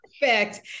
perfect